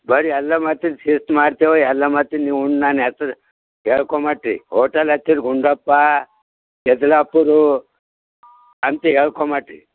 ಬರ್ರಿ ಎಲ್ಲ ಮಾಡ್ತೇವೆ ಶಿಸ್ತು ಮಾಡ್ತೇವೆ ಎಲ್ಲ ಮಾಡ್ತೇವೆ ನೀವು ಉಂಡು ನನ್ನ ಹೆಸ್ರು ಹೇಳ್ಕೊಮಟ್ಟಿ ಹೋಟಲ್ ಹೆಸರು ಗುಂಡಪ್ಪ ಕೆದ್ಲಾಪುರು ಅಂತ ಹೇಳ್ಕೊಂಡು ಮಟ್ಟಿ